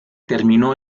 terminó